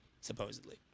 supposedly